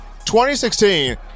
2016